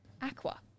aqua